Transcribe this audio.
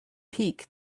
peak